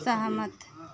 सहमत